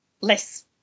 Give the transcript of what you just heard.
less